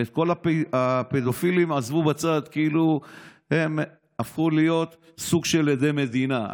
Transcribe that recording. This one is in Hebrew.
ואת כל הפדופילים עזבו בצד כאילו הם הפכו להיות סוג של עדי מדינה.